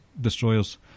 destroyers